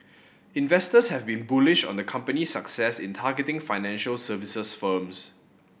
investors have been bullish on the company's success in targeting financial services firms